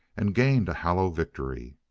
and gained a hollow victory.